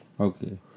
Okay